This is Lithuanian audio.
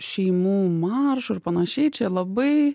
šeimų maršu ir panašiai čia labai